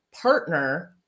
partner